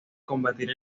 combatir